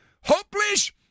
hopeless